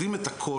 יודעים את הכל.